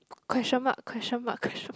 question mark question mark question mark